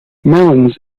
melons